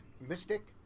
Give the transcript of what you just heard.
mystic